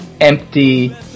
empty